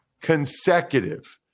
consecutive